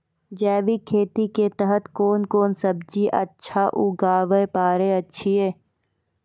जैविक खेती के तहत कोंन कोंन सब्जी अच्छा उगावय पारे छिय?